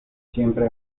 siempre